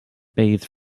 bathed